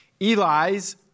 Eli's